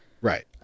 Right